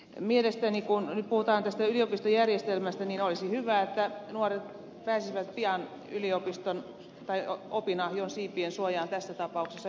mielestäni kun nyt puhutaan tästä yliopistojärjestelmästä olisi hyvä että nuoret pääsisivät pian opinahjon siipien suojaan tässä tapauksessa yliopiston